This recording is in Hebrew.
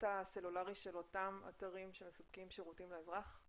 הסלולרי של אותם אתרים שמספקים שירותים לאזרח?